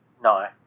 No